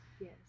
yes